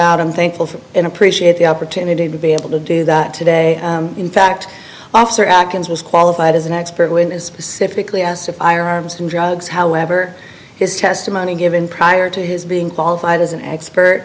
out i'm thankful for and appreciate the opportunity to be able to do that today in fact officer acton's was qualified as an expert witness specifically asked if i arms from drugs however his testimony given prior to his being qualified as an expert